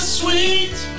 sweet